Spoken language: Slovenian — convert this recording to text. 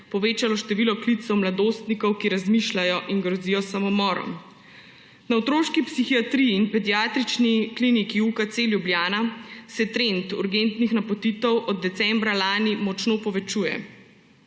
povečalo število klicev mladostnikov, ki razmišljajo in grozijo s samomorom. Na otroški psihiatriji in Pediatrični kliniki UKC Ljubljana se trend urgentnih napotitev od decembra lani močno povečuje.